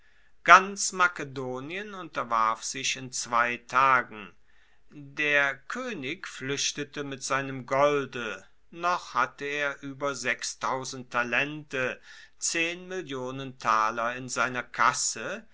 ganz makedonien unterwarf sich in zwei tagen der koenig fluechtete mit seinem golde noch hatte er ueber talente in seiner kasse